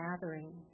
gathering